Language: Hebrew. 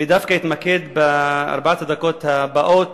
אני אתמקד בארבע הדקות הבאות